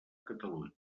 catalunya